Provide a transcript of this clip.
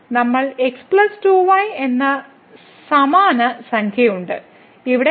നമ്മൾക്ക് x 2y എന്ന സമാന സംഖ്യയുണ്ട് ഇവിടെ 3x2y ഉം ഉണ്ട്